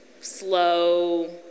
slow